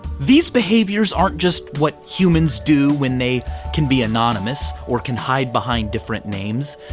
these behaviors aren't just what humans do when they can be anonymous or can hide behind different names,